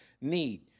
need